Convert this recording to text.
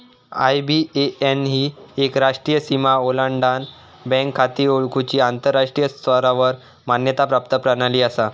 IBAN ही एक राष्ट्रीय सीमा ओलांडान बँक खाती ओळखुची आंतराष्ट्रीय स्तरावर मान्यता प्राप्त प्रणाली असा